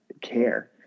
care